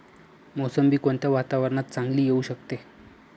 मोसंबी कोणत्या वातावरणात चांगली येऊ शकते?